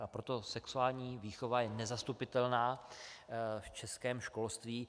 A proto sexuální výchova je nezastupitelná v českém školství.